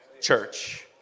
church